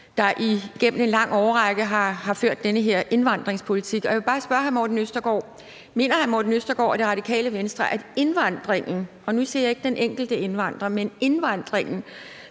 der igennem en lang årrække har ført den her indvandringspolitik. Jeg vil bare spørge hr. Morten Østergaard: Mener hr. Morten Østergaard og Radikale Venstre, at indvandringen – og nu siger jeg ikke den enkelte indvandrer, men indvandringen